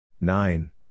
Nine